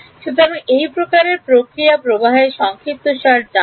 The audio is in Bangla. সুতরাং এই প্রকারের প্রক্রিয়া প্রবাহের সংক্ষিপ্তসার জানায়